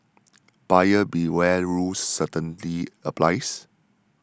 buyer beware rule certainly applies